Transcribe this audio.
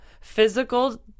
physical